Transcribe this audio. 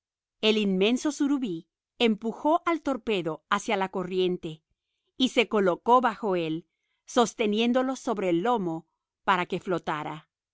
el inmenso surubí empujó el torpedo hacia la corriente y se colocó bajo él sosteniéndolo sobre el lomo para que flotara